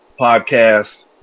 podcast